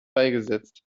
beigesetzt